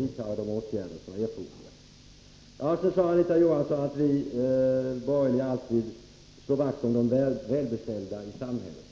vidta de åtgärder som är erforderliga. Sedan sade Anita Johansson att vi borgerliga alltid slår vakt om de välbeställda i samhället.